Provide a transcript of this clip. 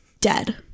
dead